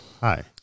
Hi